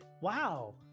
Wow